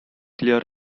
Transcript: clear